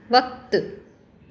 वक़्तु